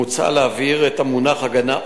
מוצע להבהיר את המונח "הגנה הולמת".